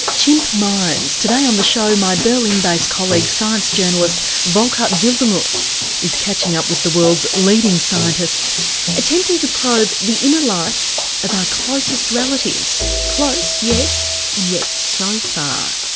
ah chimp minds, today on the show my berlin based colleague, science journalist volkart wildermuth is catching up with the world's leading scientists attempting to probe the inner life of our closest relatives. close, yes and yet so far.